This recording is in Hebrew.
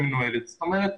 זאת אומרת,